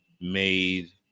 made